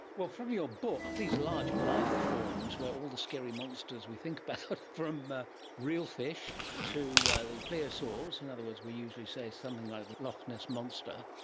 well, from your book these large lifeforms were all the scary monsters we think about, from real fish to the plesiosaurs in other words we usually say something like the loch ness monster,